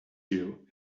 you